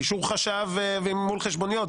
באישור חשב ומול חשבוניות,